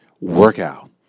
workout